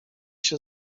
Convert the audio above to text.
się